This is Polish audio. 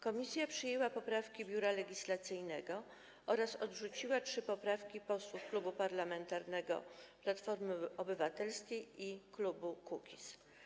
Komisja przyjęła poprawki Biura Legislacyjnego oraz odrzuciła trzy poprawki posłów Klubu Parlamentarnego Platforma Obywatelska i klubu Kukiz’15.